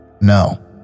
no